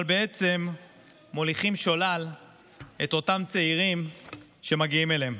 אבל בעצם מוליכים שולל את אותם צעירים שמגיעים אליהם.